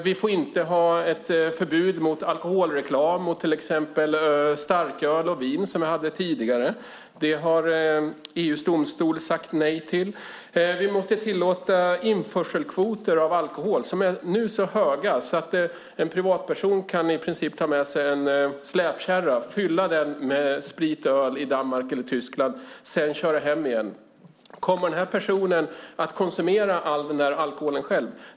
Vi får inte ha förbud mot alkoholreklam för till exempel starköl och vin, vilket vi hade tidigare. Det har EU:s domstol sagt nej till. Vi måste tillåta införselkvoter på alkohol. De är nu så höga att en privatperson i princip kan ta med sig en släpkärra, fylla den med sprit och öl i Danmark eller Tyskland och köra hem den. Kommer den personen att själv konsumera all den alkoholen?